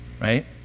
right